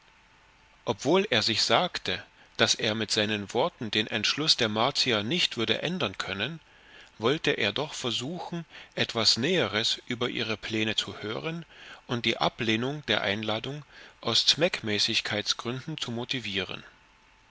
obwohl er sich sagte daß er mit seinen worten den entschluß der martier nicht würde ändern können wollte er doch versuchen etwas näheres über ihre pläne zu hören und die ablehnung der einladung aus zweckmäßigkeitsgründen motivieren